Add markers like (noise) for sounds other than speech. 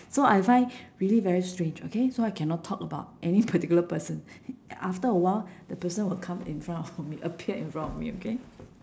so I find really very strange okay so I cannot talk about any particular person after a while the person will come in front of (laughs) me appear in front of me okay